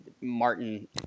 Martin